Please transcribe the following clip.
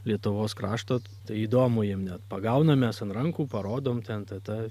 lietuvos krašto tai įdomu jiem net pagaunam mes ant rankų parodom ten tada